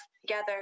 together